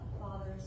fathers